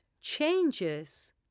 changes